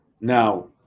Now